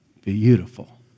Beautiful